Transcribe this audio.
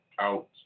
out